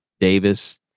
Davis